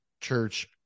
church